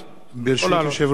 ברשות יושב-ראש הישיבה,